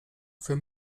für